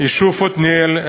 היישוב עתניאל.